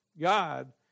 God